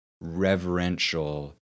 reverential